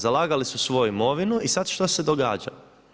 Zalagali su svoju imovinu, i sad šta se događa?